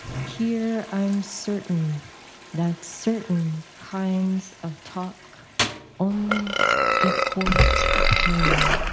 here i'm certain that certain kinds of talk only equal pain.